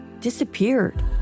disappeared